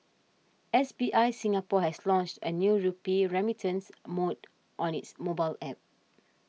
S B I Singapore has launched a new rupee remittance mode on its mobile App